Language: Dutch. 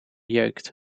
jeukt